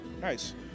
Nice